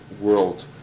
world